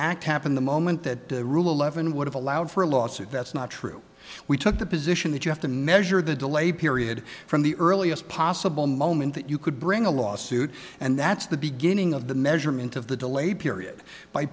act happened the moment that rule eleven would have allowed for a lawsuit that's not true we took the position that you have to measure the delay period from the earliest possible moment that you could bring a lawsuit and that's the beginning of the measurement of the delay period by